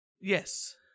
Yes